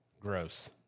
Gross